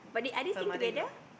her mother in law